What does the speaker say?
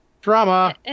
Drama